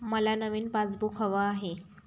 मला नवीन पासबुक हवं आहे